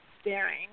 staring